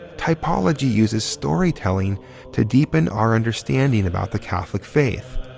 typology uses storytelling to deepen our understanding about the catholic faith.